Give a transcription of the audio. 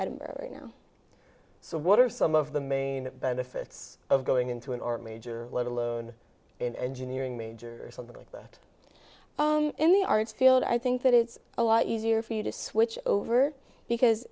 edinburgh right now so what are some of the main benefits of going into an art major let alone an engineering major something like that in the arts field i think that it's a lot easier for you to switch over